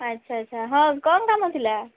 ଆଚ୍ଛା ଆଚ୍ଛା ହଉ କ'ଣ କାମ ଥିଲା